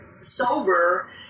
sober